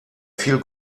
viel